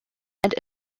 and